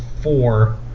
four